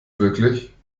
wirklich